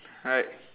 alright